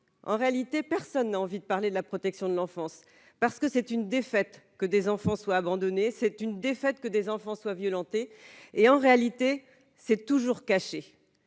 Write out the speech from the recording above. en réalité, personne n'a envie de parler de la protection de l'enfance parce que c'est une défaite que des enfants soient abandonnés, c'est une défaite que des enfants soient et en réalité c'est toujours caché